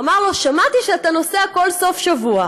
הוא אמר לו: שמעתי שאתה נוסע כל סוף שבוע